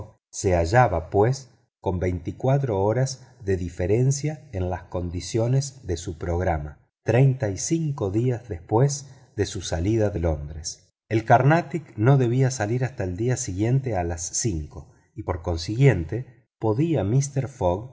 se hallaba pues con veinticuatro horas de diferencia en las condiciones de su programa treinta y cinco días después de su salida de londres el carnatic no debía salir hasta el día siguiente a las cinco y por consiguiente podía mister fogg